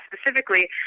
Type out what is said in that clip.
specifically